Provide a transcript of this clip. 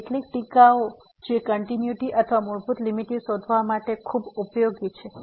તેથી કેટલીક ટીકાઓ જે કંટીન્યુઈટી અથવા મૂળભૂત લીમીટ શોધવા માટે ખૂબ ઉપયોગી છે